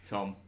Tom